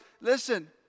listen